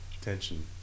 tension